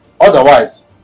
otherwise